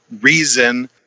reason